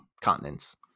continents